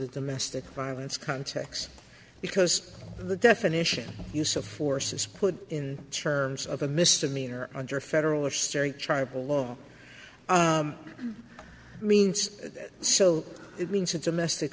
the domestic violence context because the definition use of force is put in terms of a misdemeanor under federal or state tribal law means that so it means to domestic